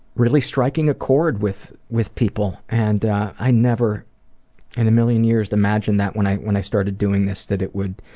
really striking a chord with with people, and i never in a million years imagined that when i when i started doing this that it would